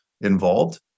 involved